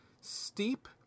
Steep